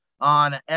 on